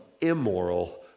immoral